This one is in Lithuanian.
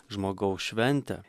žmogaus šventę